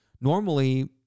Normally